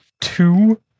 two